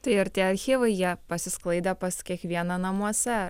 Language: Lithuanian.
tai ir tie archyvai jie pasisklaidė pas kiekvieną namuose